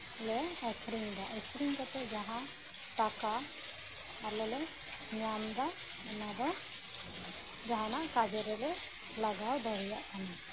ᱞᱮ ᱟᱹᱠᱷᱨᱤᱧ ᱮᱫᱟ ᱟᱹᱠᱷᱨᱤᱧ ᱠᱟᱛᱮᱫ ᱡᱟᱦᱟᱸ ᱴᱟᱠᱟ ᱟᱞᱮᱞᱮ ᱧᱟᱢ ᱮᱫᱟ ᱚᱱᱟᱫᱚ ᱡᱟᱦᱟᱱᱟᱜ ᱠᱟᱡᱤᱨᱮᱞᱮ ᱞᱟᱜᱟᱣ ᱫᱟᱲᱮᱭᱟᱜ ᱠᱟᱱᱟ